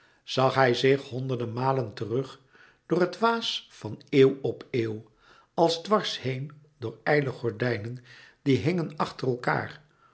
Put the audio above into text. zag hij zich honderde malen terug door het waas van eeuw op eeuw als dwars heen door ijle gordijnen die hingen achter elkaâr